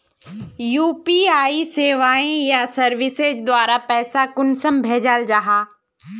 UPI सेवाएँ या services द्वारा पैसा कुंसम भेजाल जाहा?